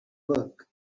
work